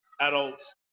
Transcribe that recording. adults